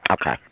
Okay